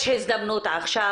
יש הזדמנות עכשיו,